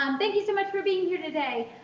um thank you so much for being here today.